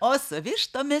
o su vištomis